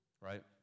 right